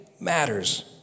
matters